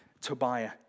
Tobiah